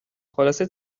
خلاصه